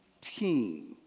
team